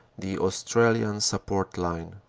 the australian support line.